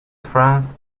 friends